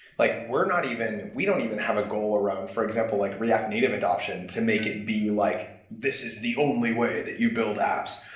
like we're not even we don't even have a goal around, for example, like react native adoption to make it be, like this is the only way that you build apps.